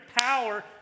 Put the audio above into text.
power